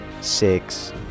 Six